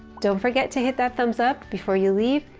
don't forget to hit that thumbs up before you leave.